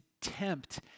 tempt